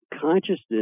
Consciousness